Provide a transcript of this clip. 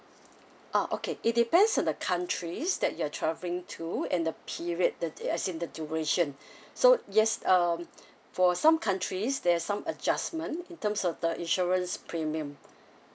oh okay it depends on the countries that you're travelling to and the period that the as in the duration so yes um for some countries there's some adjustment in terms of the insurance premium